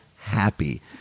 happy